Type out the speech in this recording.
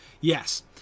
yes